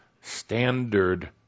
standard